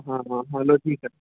हा हा हलो ठीकु आहे